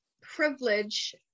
privilege